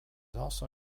also